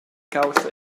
caussa